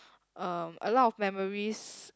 um a lot of memories